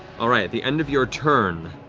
all right, at the end of your turn,